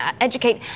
educate